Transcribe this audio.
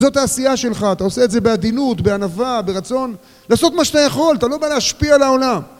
זאת העשייה שלך, אתה עושה את זה בעדינות, בענווה, ברצון. לעשות מה שאתה יכול, אתה לא בא להשפיע על העולם